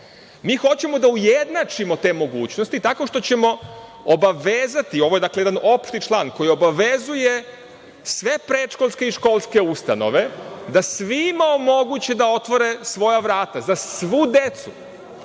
hoćemo da ujednačimo te mogućnosti tako što ćemo obavezati, ovo je jedan opšti član koji obavezuje sve predškolske i školske ustanove da svima omoguće da otvore svoja vrata za svu decu,